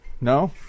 No